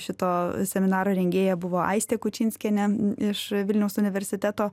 šito seminaro rengėja buvo aistė kučinskienė iš vilniaus universiteto